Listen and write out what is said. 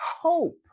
hope